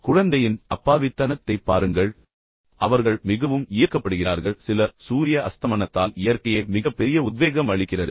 குழந்தையின் அப்பாவித்தனத்தைப் பாருங்கள் அவர்கள் மிகவும் ஈர்க்கப்படுகிறார்கள் சிலர் சூரிய அஸ்தமனத்தால் ஈர்க்கப்படுகிறார்கள் இயற்கையே மிகப் பெரிய உத்வேகம் அளிக்கிறது